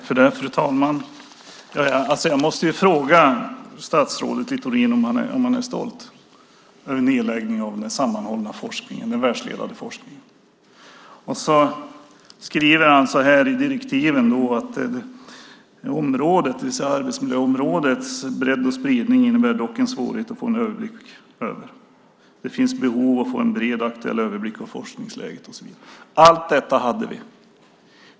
Fru talman! Jag måste fråga statsrådet Littorin om han är stolt över nedläggningen av den sammanhållna, världsledande forskningen. Han skriver i direktiven att områdets, det vill säga arbetsmiljöområdets, bredd och spridning dock innebär en svårighet att få en överblick och att det finns behov av att få en bred och aktuell överblick av forskningsläget och så vidare. Allt detta hade vi.